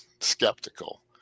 skeptical